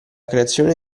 creazione